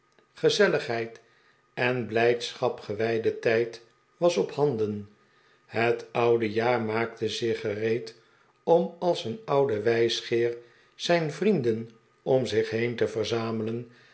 gezelligheid en blijdschap gewijde tijd was ophanden het oude jaar maakte zich gereed om als een oude wijsgeer zijn vrienden om zich heen te verzamelen